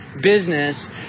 business